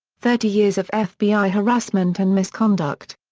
thirty years of fbi harassment and misconduct.